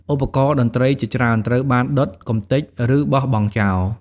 ឧបករណ៍តន្ត្រីជាច្រើនត្រូវបានដុត កម្ទេច ឬបោះបង់ចោល។